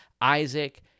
Isaac